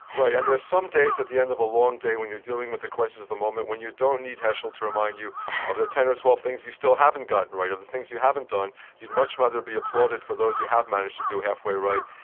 right, and there's some days, at the end of a long day, when you're dealing with the crisis at the moment, when you don't need heschel to remind you of the ten or twelve things you still haven't gotten right or the things you haven't done you'd much rather be applauded for those you have managed to do halfway right.